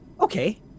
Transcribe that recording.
Okay